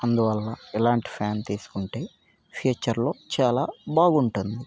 అందువలన ఇలాంటి ఫాన్ తీసుకుంటే ఫ్యూచర్లో చాలా బాగుంటుంది